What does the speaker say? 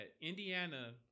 Indiana